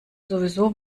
sowieso